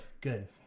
good